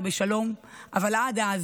אבל עד אז